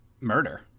murder